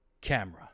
camera